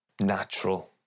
natural